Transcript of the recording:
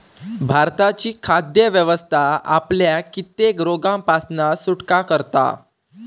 भारताची खाद्य व्यवस्था आपल्याक कित्येक रोगांपासना सुटका करता